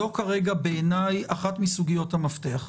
זו כרגע בעיניי אחת מסוגיות המפתח.